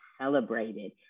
celebrated